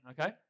okay